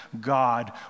God